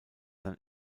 sein